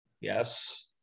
Yes